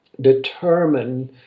determine